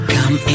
Come